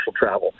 travel